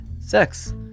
sex